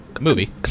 Movie